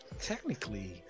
Technically